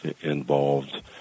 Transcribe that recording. involved